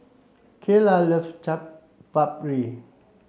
Kaylah loves Chaat Papri